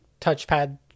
touchpad